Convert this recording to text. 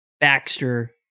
Baxter